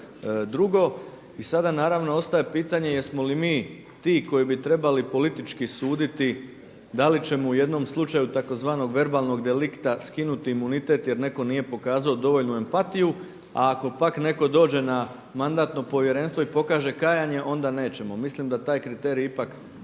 drugo. I sada naravno ostaje pitanje jesmo li mi ti koji bi trebali politički suditi, da li ćemo u jednom slučaju tzv. verbalnog delikta skinuti imunitete jer netko nije pokazao dovoljnu empatiju a ako pak netko dođe na Mandatno povjerenstvo i pokaže kajanje onda nećemo. Mislim da taj kriterij ipak kada